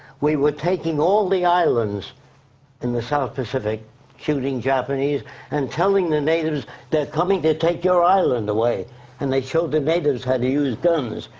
we were taking all the islands in the south pacific shooting japanese and telling the natives they're coming to take your island away and they show the natives how to use guns.